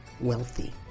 wealthy